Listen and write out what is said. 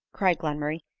cried glenmurray,